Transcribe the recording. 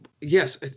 Yes